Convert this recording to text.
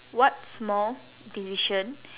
what small decision